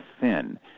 thin